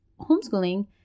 homeschooling